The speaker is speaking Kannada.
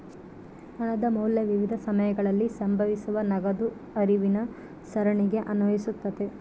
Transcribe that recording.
ಹಣದ ಮೌಲ್ಯ ವಿವಿಧ ಸಮಯಗಳಲ್ಲಿ ಸಂಭವಿಸುವ ನಗದು ಹರಿವಿನ ಸರಣಿಗೆ ಅನ್ವಯಿಸ್ತತೆ